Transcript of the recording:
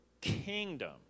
kingdom